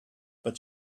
but